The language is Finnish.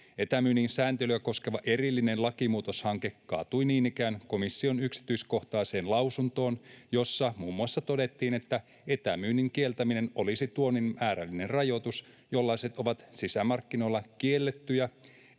Etämyynnin sääntelyä koskeva erillinen lakimuutoshanke kaatui niin ikään komission yksityiskohtaiseen lausuntoon, jossa todettiin muun muassa, että etämyynnin kieltäminen olisi tuonnin määrällinen rajoitus, jollaiset ovat sisämarkkinoilla kiellettyjä,